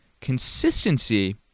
consistency